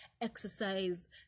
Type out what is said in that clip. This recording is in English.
exercise